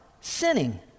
sinning